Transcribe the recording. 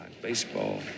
Baseball